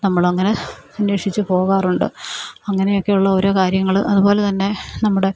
നമ്മളങ്ങനെ അന്വേഷിച്ചു പോകാറുണ്ട് അങ്ങനെയൊക്കെയുള്ള ഓരോ കാര്യങ്ങൾ അതുപോലെതന്നെ നമ്മുടെ